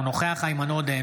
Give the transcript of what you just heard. אינו נוכח איימן עודה,